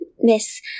miss